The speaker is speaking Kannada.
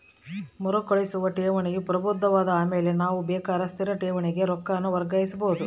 ಮರುಕಳಿಸುವ ಠೇವಣಿಯು ಪ್ರಬುದ್ಧವಾದ ಆಮೇಲೆ ನಾವು ಬೇಕಾರ ಸ್ಥಿರ ಠೇವಣಿಗೆ ರೊಕ್ಕಾನ ವರ್ಗಾಯಿಸಬೋದು